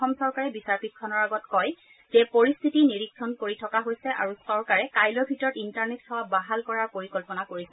অসম চৰকাৰে বিচাৰপীঠখনৰ আগত কয় যে পৰিস্থিতি নিৰীক্ষণ কৰি থকা হৈছে আৰু চৰকাৰে কাইলৈৰ ভিতৰত ইণ্টাৰনেট সেৱা বাহাল কৰাৰ পৰিকল্পনা কৰিছে